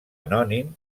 anònim